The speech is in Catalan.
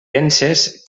penses